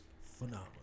phenomenal